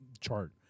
chart